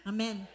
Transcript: Amen